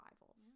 rivals